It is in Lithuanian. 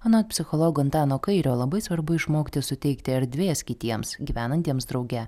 anot psichologo antano kairio labai svarbu išmokti suteikti erdvės kitiems gyvenantiems drauge